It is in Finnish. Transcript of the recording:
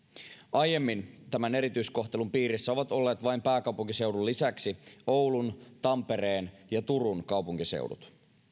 aiemmin tämän erityiskohtelun piirissä ovat olleet pääkaupunkiseudun lisäksi vain oulun tampereen ja turun kaupunkiseudut